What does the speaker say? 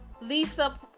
Lisa